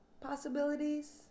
possibilities